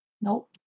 Nope